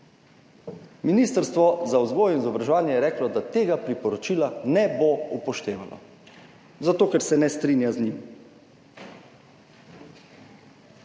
Ministrstvo za vzgojo in izobraževanje je reklo, da tega priporočila ne bo upoštevalo zato, ker se ne strinja z njim.